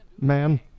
man